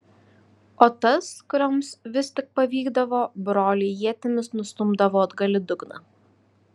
o tas kurioms vis tik pavykdavo broliai ietimis nustumdavo atgal į dugną